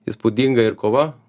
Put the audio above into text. įspūdinga ir kova